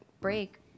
break